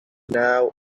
now